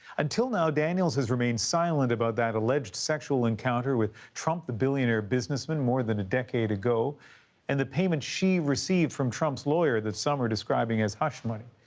until now daniels has remained silent about that alleged sexual encounter with trump the billionaire businessman more than a decade ago and the payment that she received from trump's lawyer that some are describing as hush money.